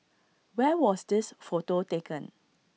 where was this photo taken